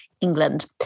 England